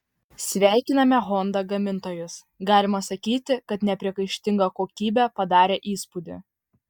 sveikiname honda gamintojus galima sakyti nepriekaištinga kokybė padarė įspūdį